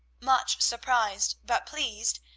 much surprised, but pleased,